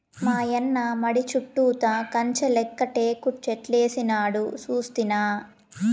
మాయన్న మడి చుట్టూతా కంచెలెక్క టేకుచెట్లేసినాడు సూస్తినా